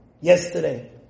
yesterday